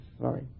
sorry